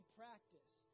practice